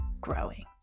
growing